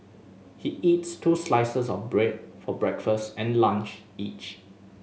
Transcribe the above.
he eats two slices of bread for breakfast and lunch each